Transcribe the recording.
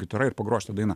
gitara ir pagroja šitą dainą